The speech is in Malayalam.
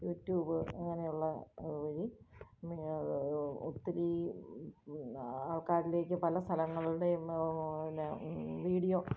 യൂട്യൂബ് അങ്ങനെയുള്ള വഴി ഒത്തിരി ആൾക്കാരിലേക്ക് പല സ്ഥലങ്ങളുടെയും പിന്നെ വീഡിയോ